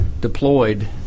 deployed